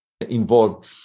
involved